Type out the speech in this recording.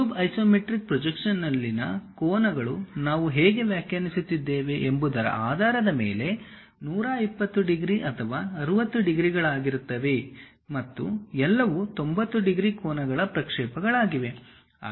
cube isometric ಪ್ರೊಜೆಕ್ಷನ್ನಲ್ಲಿನ ಕೋನಗಳು ನಾವು ಹೇಗೆ ವ್ಯಾಖ್ಯಾನಿಸುತ್ತಿದ್ದೇವೆ ಎಂಬುದರ ಆಧಾರದ ಮೇಲೆ 120 ಡಿಗ್ರಿ ಅಥವಾ 60 ಡಿಗ್ರಿಗಳಾಗಿರುತ್ತವೆ ಮತ್ತು ಎಲ್ಲವೂ 90 ಡಿಗ್ರಿ ಕೋನಗಳ ಪ್ರಕ್ಷೇಪಗಳಾಗಿವೆ